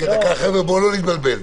חברים, בואו לא נתבלבל.